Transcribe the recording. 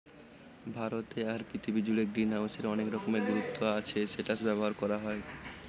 ভারতে আর পৃথিবী জুড়ে গ্রিনহাউসের অনেক রকমের গুরুত্ব আছে সেটা ব্যবহার করা হয়